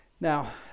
Now